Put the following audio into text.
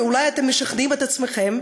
ואולי אתם משכנעים את עצמכם,